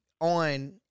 on